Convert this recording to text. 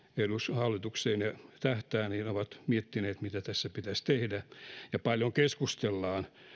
hallitukseen tähtäävät ovat miettineet mitä tässä pitäisi tehdä ja paljon keskustellaan